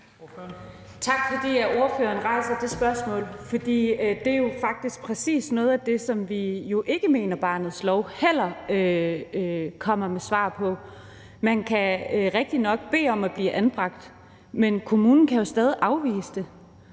Tak, fordi spørgeren rejser det spørgsmål, for det er faktisk præcis noget af det, som vi mener, at barnets lov heller ikke kommer med svar på. Det er rigtigt, at man kan bede om at blive anbragt, men kommunen kan jo stadig afvise det,